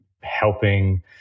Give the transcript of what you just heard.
helping